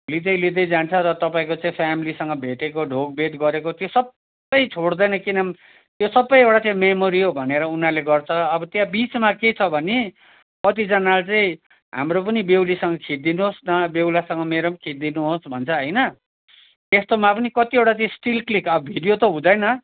लिँदै लिँदै जान्छ र तपाईँको चाहिँ फ्यामिलीसँग भेटेको ढोग भेट गरेको त्यो सबै छोड्दैन किनभने त्यो सबै एउटा त्यो मेमोरी हो भनेर उनाहरूले गर्छ अब त्यहाँ बिचमा के छ भने कतिजना चाहिँ हाम्रो पनि बेहुलीसँग खिचिदिनु होस् न बेहुलासँग मेरो पनि खिचिदिनु होस् भन्छ होइन त्यस्तोमा पनि कतिवटा त्यो स्टिल क्लिक अब भिडियो त हुँदैन